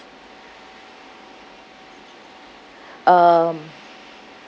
um